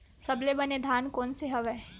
सबले बने धान कोन से हवय?